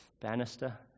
banister